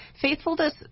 faithfulness